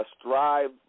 strive